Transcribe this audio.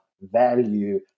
value